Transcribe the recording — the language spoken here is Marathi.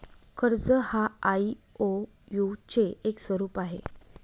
कर्ज हा आई.ओ.यु चे एक स्वरूप आहे